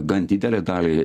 gan didelę dalį